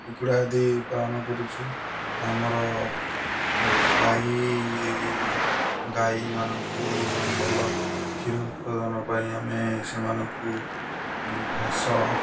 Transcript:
କୁକୁଡ଼ା ଆଦି ପାଳନ କରୁଛୁ ଆମର ଗାଈ ଗାଈ ମାନଙ୍କୁ ଭଲ କ୍ଷୀର ଉତ୍ପାଦନ ପାଇଁ ଆମେ ସେମାନଙ୍କୁ ଘାସ